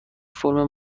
فرم